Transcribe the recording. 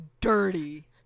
dirty